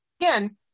again